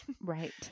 Right